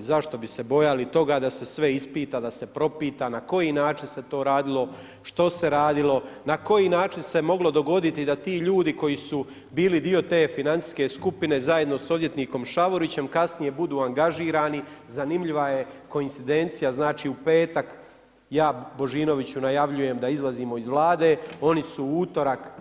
Zašto bi se bojali toga da se sve ispita, da se propita na koji način se to radilo, što se radilo, na koji način se moglo dogoditi da ti ljudi koji su bili dio te financijske skupine, zajedno s odvjetnikom Šavorićem kasnije budu angažirani, zanimljiva je koincidencija, znači u petak ja Božinoviću najavljujem da izlazimo iz Vlade, oni su u utorak